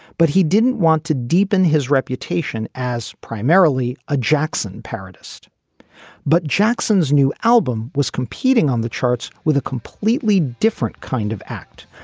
but he didn't want to deepen his reputation as primarily a jackson peronist but jackson's new album was competing on the charts with a completely different kind of act,